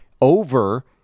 over